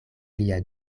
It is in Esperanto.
lia